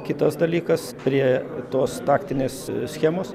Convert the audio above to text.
kitas dalykas prie tos taktinės schemos